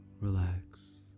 relax